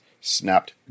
snapped